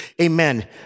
amen